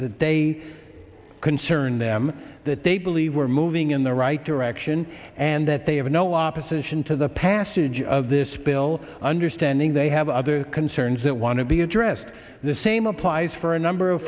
that they concern them that they believe we're moving in the right direction and that they have no opposition to the passage of this bill understanding they have other concerns that want to be addressed the same applies for a number of